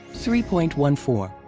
three point one four.